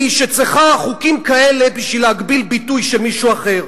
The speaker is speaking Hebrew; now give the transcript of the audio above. שצריכה חוקים כאלה בשביל להגביל ביטוי של מישהו אחר.